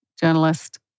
journalist